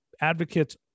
advocates